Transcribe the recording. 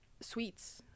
sweets